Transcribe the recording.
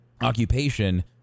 occupation